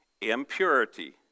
impurity